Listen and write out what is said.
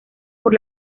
por